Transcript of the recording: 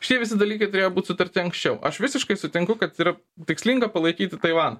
šitie visi dalykai turėjo būt sutarti anksčiau aš visiškai sutinku kad yra tikslinga palaikyti taivaną